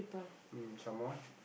mm some more